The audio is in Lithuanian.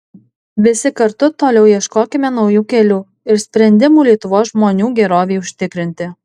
visi kartu toliau ieškokime naujų kelių ir sprendimų lietuvos žmonių gerovei užtikrinti